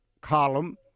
column